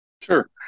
Sure